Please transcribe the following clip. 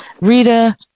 Rita